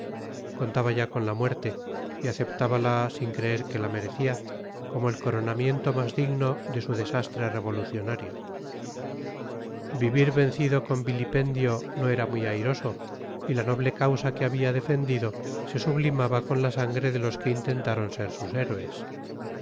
contaba ya con la muerte y aceptábala sin creer que la merecía como el coronamiento más digno de su desastre revolucionario vivir vencido con vilipendio no era muy airoso y la noble causa que había defendido se sublimaba con la sangre de los que intentaron ser sus héroes